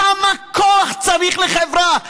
כמה כוח צריך לחברה?